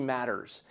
Matters